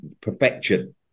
perfection